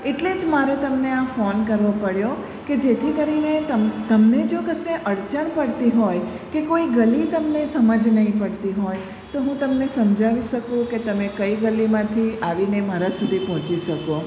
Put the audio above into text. એટલે જ મારે તમને આ ફોન કરવો પડ્યો કે જેથી કરીને તમ તમને જો કશે અડચણ પડતી હોય કે કોઈ ગલી તમને સમજ નહીં પડતી હોય તો હું તમને સમજાવી શકું કે તમે કઈ ગલીમાંથી આવીને મારા સુધી પહોંચી શકો